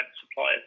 suppliers